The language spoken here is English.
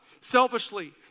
selfishly